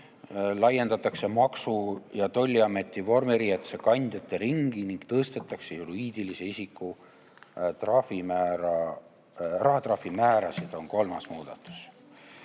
laiendatakse Maksu- ja Tolliameti vormiriietuse kandjate ringi ning tõstetakse juriidilise isiku rahatrahvi määrasid. See on kolmas muudatus.